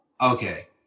okay